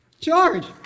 George